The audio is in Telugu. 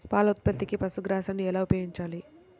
పాల ఉత్పత్తికి పశుగ్రాసాన్ని ఎలా ఉపయోగించాలి?